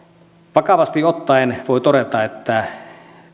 vakavasti ottaen voi todeta että